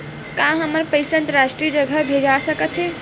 का हमर पईसा अंतरराष्ट्रीय जगह भेजा सकत हे?